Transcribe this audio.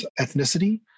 ethnicity